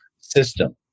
system